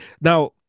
Now